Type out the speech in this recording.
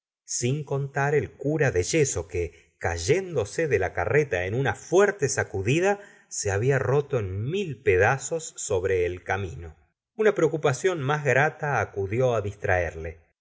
sin contar el cura de yeso que cayéndose de la carreta en una fuerte sacudida se había roto en mil pedazos sobre el camino una preocupación más grata acudió distraerle